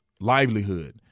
livelihood